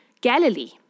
Galilee